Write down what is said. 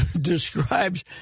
describes